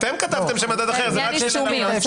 אתם כתבתם ש-"מדד אחר" זה רק כשיש הלמ"ס.